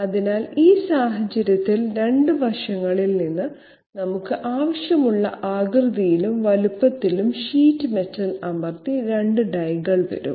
അതിനാൽ ഈ സാഹചര്യത്തിൽ 2 വശങ്ങളിൽ നിന്ന് നമുക്ക് ആവശ്യമുള്ള ആകൃതിയിലും വലുപ്പത്തിലും ഷീറ്റ് മെറ്റൽ അമർത്തി 2 ഡൈകൾ വരും